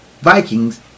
Vikings